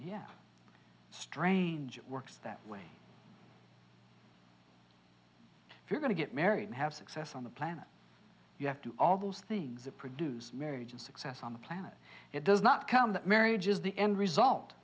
yeah strange it works that way if you're going to get married and have success on the planet you have to all those things that produce marriage and success on the planet it does not come that marriage is the end result